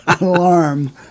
alarm